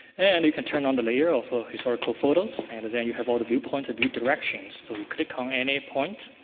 and you can turn on the layer of historical photos. and then you have all the viewpoints of view directions. so, you click on any point.